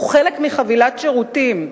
הוא חלק מחבילת שירותים.